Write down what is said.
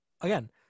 again